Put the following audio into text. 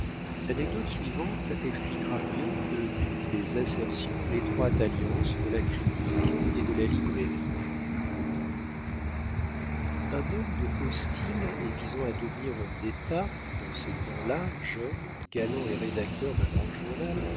journalistes l'anecdote suivante expliquera mieux que toutes les assertions l'étroite alliance de la critique et de la librairie un homme de haut style et visant à devenir homme d'état dans ces temps-là jeune galant et rédacteur d'un grand journal